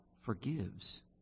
forgives